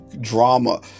drama